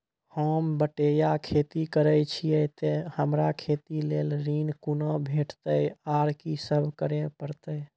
होम बटैया खेती करै छियै तऽ हमरा खेती लेल ऋण कुना भेंटते, आर कि सब करें परतै?